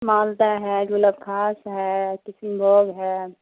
مالدہ ہے گلب خاص ہے قسم بھوگ ہے